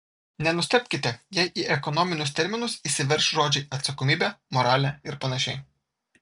nenustebkite jei į ekonominius terminus įsiverš žodžiai atsakomybė moralė ir panašiai